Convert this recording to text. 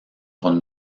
con